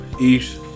eat